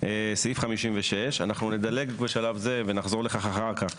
סעיף 56. אנחנו נדלג בשלב זה ונחזור לכך אחר כך,